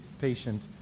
patient